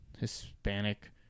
Hispanic